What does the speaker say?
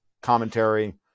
commentary